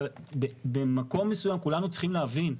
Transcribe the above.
אבל במקום מסוים כולנו צריכים להבין,